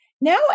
Now